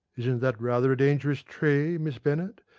isn't that rather a dangerous trait, miss bennet?